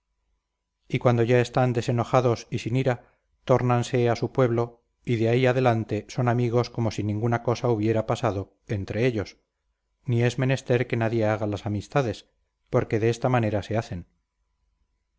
cuando ya están desenojados y sin ira tórnanse a su pueblo y de ahí adelante son amigos como si ninguna cosa hubiera pasado entre ellos ni es menester que nadie haga las amistades porque de esta manera se hacen